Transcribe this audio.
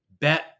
bet